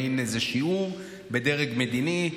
מעין איזה שיעור בדרג מדיני,